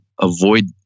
avoid